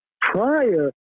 prior